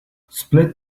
split